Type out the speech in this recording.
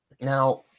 Now